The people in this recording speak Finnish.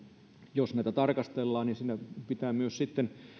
jos näitä tarkastellaan niin siinä pitää myös